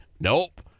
Nope